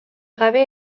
gabe